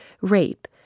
rape